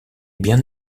bien